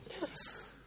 Yes